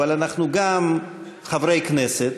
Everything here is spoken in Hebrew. אבל אנחנו גם חברי כנסת,